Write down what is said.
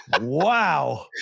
Wow